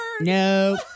No